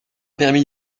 permis